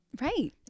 Right